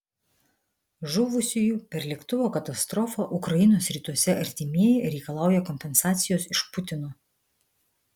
žuvusiųjų per lėktuvo katastrofą ukrainos rytuose artimieji reikalauja kompensacijos iš putino